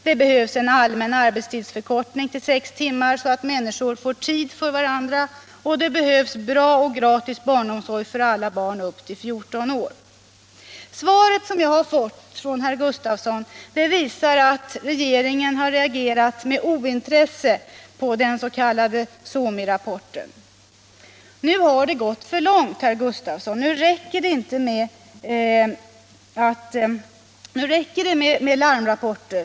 Det behövs en allmän arbetstidsförkortning till sex timmar, så att människor får tid med varandra, och det är nödvändigt med bra och gratis barnomsorg för alla barn upp till 14 år. Svaret som jag fått av herr Gustavsson visar att regeringen har agerat med ointresse på den s.k. SOMI-rapporten. Nu har det gått för långt, herr Gustavsson! Nu räcker det med larmrapporter.